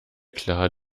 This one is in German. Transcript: klar